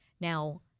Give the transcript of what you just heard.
Now